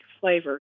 flavor